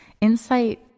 Insight